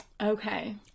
Okay